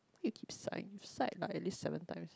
you keep sighing you sighed like at least seven times